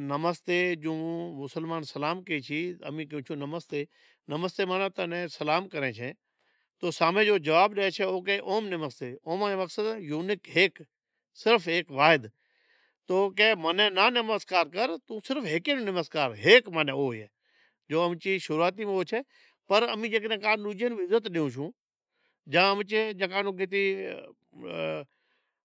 نمستے ائیں مسلمان سلام کہیسے نمستے ماناں تمیں سلام کرے چھے تو سامہیں جیکو جواب ڈی چھے او کہے اوم نمستے، اوم جو مقصد چھے یونیک ہیک، صرف ہیک واحد تو کہے مانیں ناں نمسکار کر توں صرف ہیک ناں نمسکار کر ہیک او اہے، پر امیں جے ڈوجے ناں عزت ڈیوں چھوں جاں کہ